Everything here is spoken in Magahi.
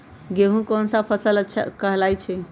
गेहूँ कोन सा फसल कहलाई छई?